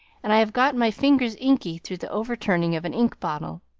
and i have got my fingers inky through the overturning of an ink bottle.